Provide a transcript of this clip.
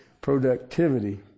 productivity